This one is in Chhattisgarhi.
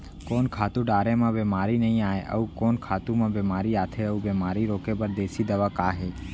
कोन खातू डारे म बेमारी नई आये, अऊ कोन खातू म बेमारी आथे अऊ बेमारी रोके बर देसी दवा का हे?